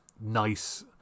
Nice